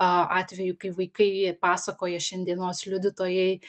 atvejų kai vaikai pasakoja šiandienos liudytojai